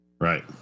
Right